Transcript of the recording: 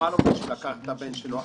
אלוביץ' לקח את הבן שלו,